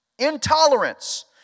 intolerance